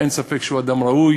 אין ספק שהוא אדם ראוי,